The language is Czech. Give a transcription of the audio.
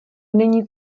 není